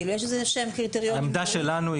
העמדה שלנו,